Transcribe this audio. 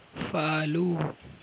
follow